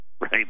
right